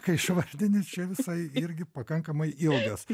kai išvardini čia visai irgi pakankamai ilgas